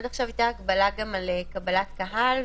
עד עכשיו הייתה הגבלה גם על קבלת קהל,